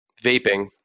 Vaping